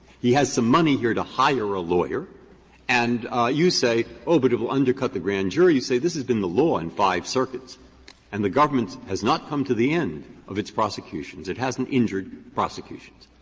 he has some money here to hire a lawyer and you say, oh, but it will undercut the grand jury. you say, this has been the law in five circuits and the government has not come to the end of its prosecutions, it hasn't injured prosecutions.